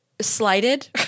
slighted